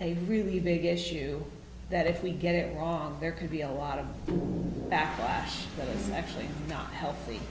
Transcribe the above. a really big issue that if we get it wrong there could be a lot of backlash well actually not healthy